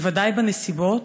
בוודאי בנסיבות.